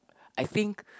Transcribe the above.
I think